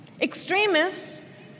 extremists